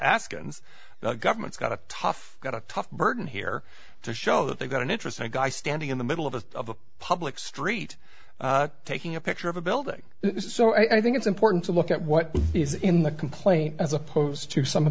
ask ins the government's got a tough got a tough burden here to show that they've got an interesting guy standing in the middle of a public street taking a picture of a building so i think it's important to look at what is in the complaint as opposed to some of